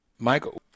Michael